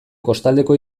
kostaldeko